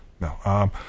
no